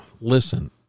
Listen